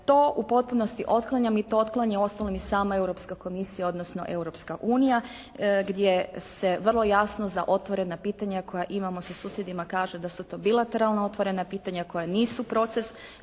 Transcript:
To u potpunosti otklanjam i to otklanja uostalom i sama Europska komisija odnosno Europska unija gdje se vrlo jasno za otvorena pitanja koja imamo sa susjedima kaže da su to bilateralna otvorena pitanja koja nisu proces